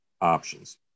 options